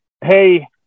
hey